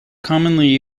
commonly